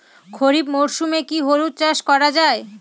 খরিফ মরশুমে কি হলুদ চাস করা য়ায়?